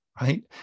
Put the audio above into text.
right